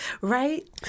Right